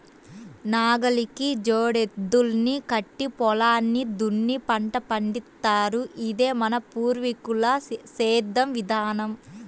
నాగలికి జోడెద్దుల్ని కట్టి పొలాన్ని దున్ని పంట పండిత్తారు, ఇదే మన పూర్వీకుల సేద్దెం విధానం